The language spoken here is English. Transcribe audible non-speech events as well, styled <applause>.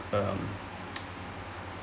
um <noise>